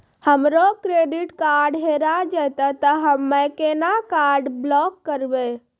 हमरो credit card हेरा जेतै ते हम्मय केना कार्ड ब्लॉक करबै?